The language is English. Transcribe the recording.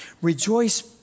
Rejoice